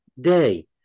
day